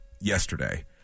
yesterday